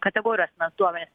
kategorijų asmens duomenys